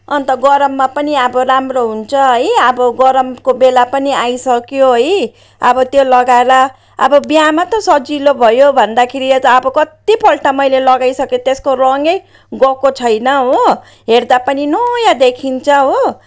अन्त गरममा पनि अब राम्रो हुन्छ है अब गरमको बेला पनि आइसक्यो है अब त्यो लगाएर अब बिहामा त सजिलो भयो भन्दाखेरि यता अब कत्तिपल्ट मैले लगाइसकेँ त्यसको रङै गएको छैन हो हेर्दा पनि नयाँ देखिन्छ हो